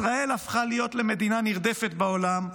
ישראל הפכה להיות למדינה נרדפת בעולם.